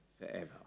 forever